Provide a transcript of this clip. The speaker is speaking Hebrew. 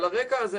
על הרקע הזה,